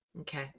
Okay